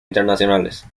internacionales